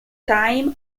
time